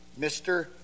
Mr